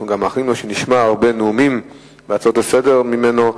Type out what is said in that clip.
אנחנו גם מאחלים לו שנשמע הרבה נאומים והצעות לסדר-היום ממנו.